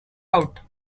out